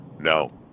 No